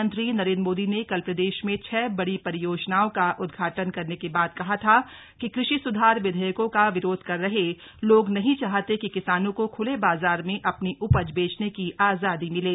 प्रधानमंत्री नरेन्द्र मोदी ने कल प्रदेश में छह बड़ी परियोजनाओं का उद्घाटन करने के बाद कहा था कि कृषि सुधार विधेयकों का विरोध कर रहे लोग नहीं चाहते कि किसानों को खुले बाजार में अपनी उपज बेचने की आज़ादी मिले